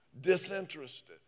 disinterested